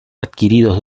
adquiridos